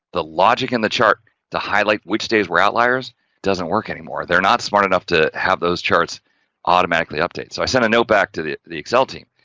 the logic and the chart to highlight which days were outliers, it doesn't work anymore, they're not smart enough to have those charts automatically updated. so, i sent a note back to the the excel team,